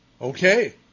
Okay